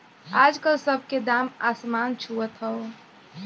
आजकल सब के दाम असमान छुअत हौ